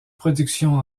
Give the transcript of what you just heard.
production